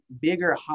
bigger